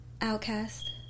Outcast